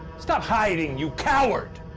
stop hiding, you coward!